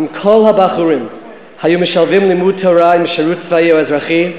אם כל הבחורים היו משלבים לימוד תורה עם שירות צבאי או אזרחי,